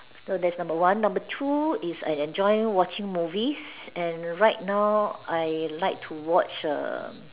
so that's number one number two is I enjoy watching movies and right now I like to watch a